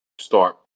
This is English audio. start